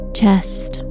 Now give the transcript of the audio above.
chest